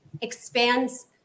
expands